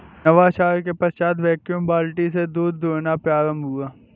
नवाचार के पश्चात वैक्यूम बाल्टी से दूध दुहना प्रारंभ हुआ